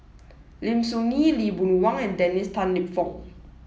Lim Soo Ngee Lee Boon Wang and Dennis Tan Lip Fong